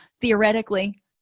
theoretically